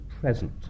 present